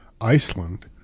Iceland